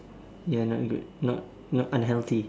ya not go not not unhealthy